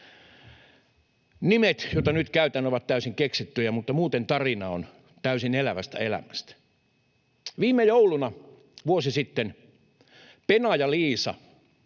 Nimet, joita nyt käytän, ovat täysin keksittyjä, mutta muuten tarina on täysin elävästä elämästä. Viime jouluna, vuosi sitten, Pena ja Liisa